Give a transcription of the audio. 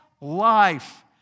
life